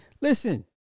Listen